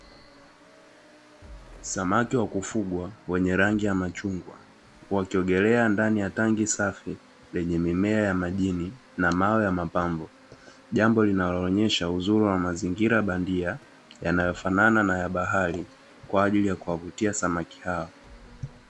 Samaki wa kufugwa wenye rangi ya machungwa, wakiogelea ndani ya tangi safi lenye mimea ya majini, na mawe ya mapambo. Jambo linaloonyesha uzuri wa mazingira bandia, yanayofanana na ya bahari, kwa ajili ya kuwavutia samaki hawa.